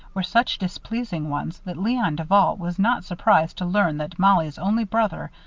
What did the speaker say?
were such displeasing ones that leon duval was not surprised to learn that mollie's only brother,